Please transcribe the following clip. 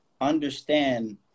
understand